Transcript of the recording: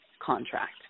contract